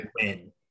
win